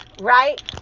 right